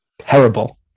terrible